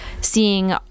seeing